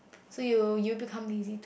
so you you become lazy